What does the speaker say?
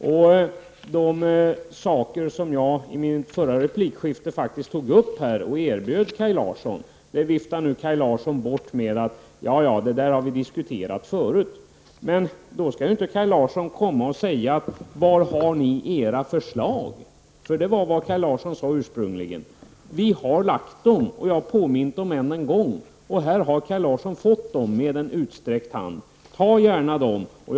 De synpunkter som jag i min replik erbjöd Kaj Larsson viftar han nu bort med: Ja, ja, det där har vi diskuterat förut. Då skall inte Kaj Larsson komma och fråga efter våra förslag — det var vad han ursprungligen gjorde. Vi har lagt fram förslag, och jag har än en gång påmint om dem. Vi har med en utsträckt hand erbjudit Kaj Larsson dessa förslag. Ni får gärna ta dem.